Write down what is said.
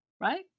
right